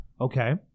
Okay